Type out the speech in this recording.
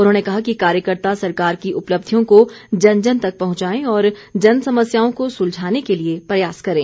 उन्होंने कहा कि कार्यकर्ता सरकार की उपलब्धियों को जन जन तक पहुंचाएं और जन समस्याओं को सुलझाने के लिए प्रयास करे